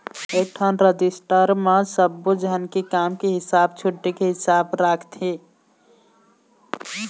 एकठन रजिस्टर म सब्बो झन के काम के हिसाब, छुट्टी के हिसाब राखथे